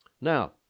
Now